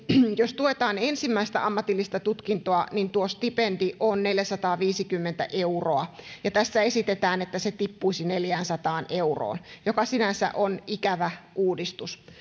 jos tuetaan ensimmäistä ammatillista tutkintoa tuo stipendi on neljäsataaviisikymmentä euroa tässä esitetään että se tippuisi neljäänsataan euroon joka sinänsä on ikävä uudistus